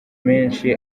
menshi